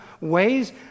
ways